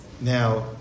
Now